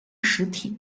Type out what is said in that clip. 实体